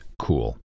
cool